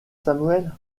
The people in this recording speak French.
samuel